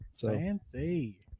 Fancy